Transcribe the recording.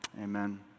Amen